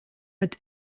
mit